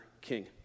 king